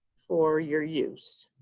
for your use.